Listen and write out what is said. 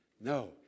No